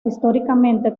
históricamente